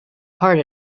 heart